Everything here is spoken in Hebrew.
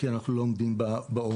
כי אנחנו לא עומדים בעומס.